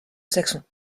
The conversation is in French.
saxon